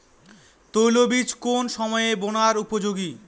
তৈলবীজ কোন সময়ে বোনার উপযোগী?